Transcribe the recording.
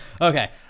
Okay